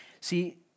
See